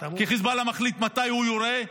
כי חיזבאללה מחליט מתי הוא יורה,